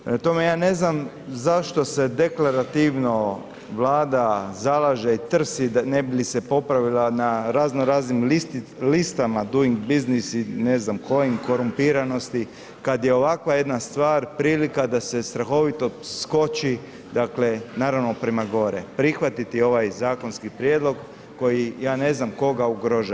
Prema tome, ja ne znam zašto se deklarativno Vlada zalaže i trsi ne bi li se popravila na razno raznim listama Doing Business i ne znam kojim korumpiranosti, kad je ovakva jedna stvar prilika da se strahovito skoči, dakle, naravno prema gore, prihvatiti ovaj zakonski prijedlog koji, ja ne znam koga ugrožava.